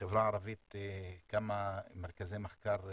בחברה הערבית כמה מרכזי מחקר כאלה,